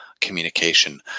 communication